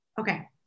Okay